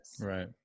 Right